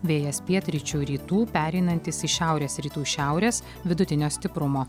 vėjas pietryčių rytų pereinantis į šiaurės rytų šiaurės vidutinio stiprumo